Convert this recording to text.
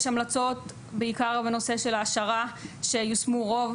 יש המלצות בעיקר בנושא של העשרה שיושמו רוב,